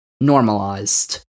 normalized